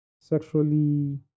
sexually